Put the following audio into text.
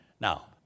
Now